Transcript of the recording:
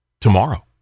tomorrow